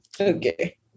Okay